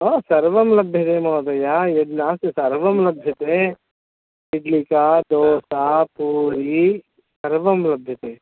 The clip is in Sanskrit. हा सर्वं लभ्यते महोदय यद् नास्ति सर्वं लभ्यते इड्लिका दोसा पूरिका सर्वं लभ्यते